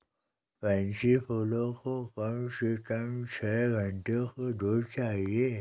pansy फूल को कम से कम छह घण्टे की धूप चाहिए